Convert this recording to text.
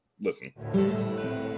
listen